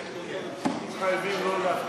חייבים לא להפריע